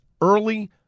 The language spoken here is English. EARLY